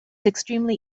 extremely